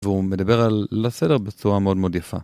והוא מדבר על ליל סדר בצורה מאוד מאוד יפה.